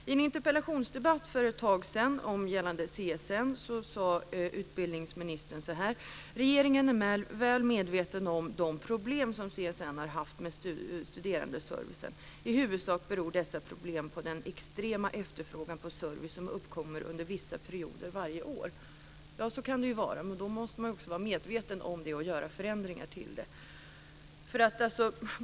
I en interpellationsdebatt för ett tag sedan gällande CSN sade utbildningsministern: "Regeringen är väl medveten om de problem som CSN har haft med studerandeservicen. I huvudsak beror dessa problem på den extrema efterfrågan på service som uppkommer under vissa perioder varje år." Ja, så kan det vara. Men då måste man också vara medveten om det och göra förändringar.